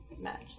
match